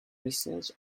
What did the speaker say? research